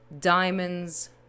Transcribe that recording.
Diamonds